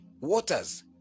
waters